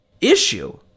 issue